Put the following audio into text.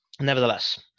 nevertheless